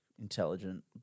intelligent